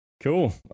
Cool